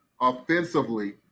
offensively